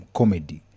comedy